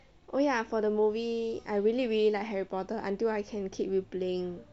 oh ya for the movie I really really like harry potter until I can keep replaying